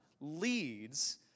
leads